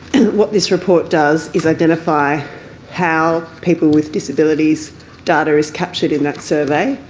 what this report does is identify how people with disabilities' data is captured in that survey.